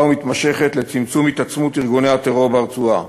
ומתמשכת לצמצום התעצמות ארגוני הטרור ברצועה,